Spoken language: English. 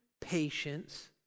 patience